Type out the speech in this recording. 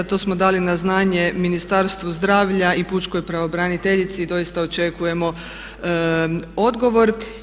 To smo dali na znanje Ministarstvu zdravlja i pučkoj pravobraniteljici i doista očekujemo odgovor.